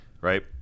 right